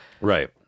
right